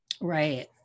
Right